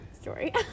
story